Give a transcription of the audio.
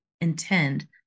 intend